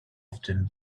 often